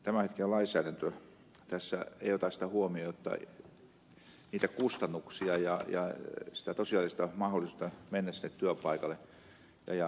sen takia tämänhetkinen lainsäädäntö tässä ei ota huomioon niitä kustannuksia ja sitä tosiasiallista mahdollisuutta mennä sinne työpaikalle